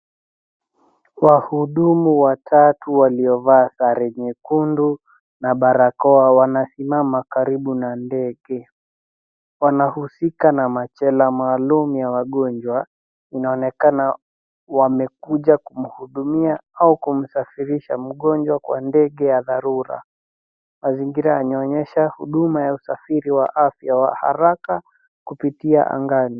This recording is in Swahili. Wahudumu wa tatau waliovaa sare nyekundu na barakoa wamesimama karibu na ndege. Wanahusika na machela maalum ya wagonjwa. Inaonekana wamekuja kumhudumia au kumsafirisha mgonjwa kwa ndege ya dharura. Mazingira yanaonyesha huduma ya usafiri wa afya wa haraka kupitia angani.